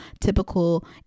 typical